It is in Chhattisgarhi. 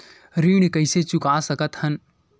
ऋण कइसे चुका सकत हन?